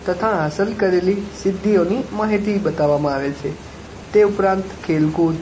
તથા હાંસલ કરેલી સિદ્ધિઓની માહિતી બતાવવામાં આવે છે તે ઉપરાંત ખેલ કૂદ